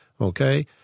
Okay